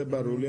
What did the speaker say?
זה ברור לי.